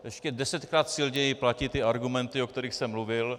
Ještě desetkrát silněji platí ty argumenty, o kterých jsem mluvil.